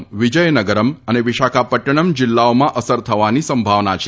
Srikakulam Vizianagaram અને વિશાખાપટ્ટનમ જિલ્લાઓમાં અસર થવાની સંભાવના છે